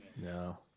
No